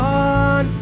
on